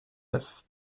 neuf